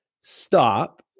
stop